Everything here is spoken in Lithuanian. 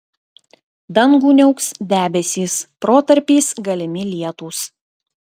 dangų niauks debesys protarpiais galimi lietūs